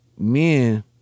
men